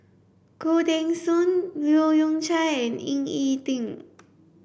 Khoo Teng Soon Leu Yew Chye and Ying E Ding